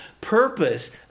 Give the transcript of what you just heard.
purpose